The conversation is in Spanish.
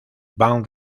van